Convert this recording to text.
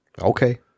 Okay